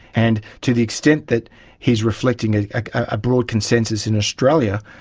and to the extent that he's reflecting a a broad consensus in australia,